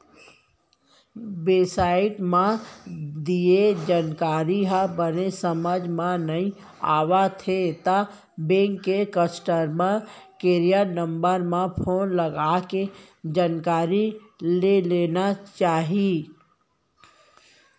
web site म दिये जानकारी ह बने समझ म नइ आवत हे त बेंक के कस्टमर केयर नंबर म फोन लगाके जानकारी ले लेना चाही